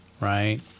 right